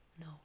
No